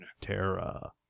Terra